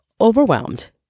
overwhelmed